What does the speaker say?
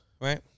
right